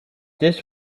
this